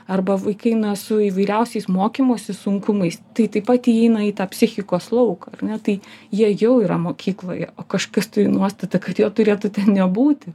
arba vaikai na su įvairiausiais mokymosi sunkumais tai taip pat įeina į tą psichikos lauką ar ne tai jie jau yra mokykloje o kažkas turi nuostatą kad jo turėtų ten nebūti